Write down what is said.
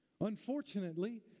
Unfortunately